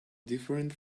different